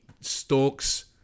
stalks